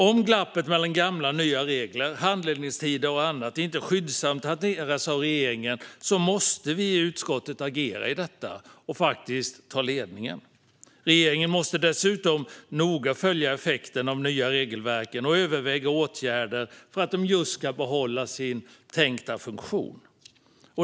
Om glappet mellan gamla och nya regler, handläggningstider och annat inte skyndsamt hanteras av regeringen måste vi i utskottet agera i denna fråga och ta ledningen. Regeringen måste dessutom noga följa effekten av de nya regelverken och överväga åtgärder för att de ska behålla sin tänkta funktion.